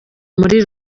muri